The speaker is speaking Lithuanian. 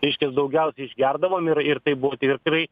reiškias daugiausiai išgerdavom ir ir tai buvo tikrai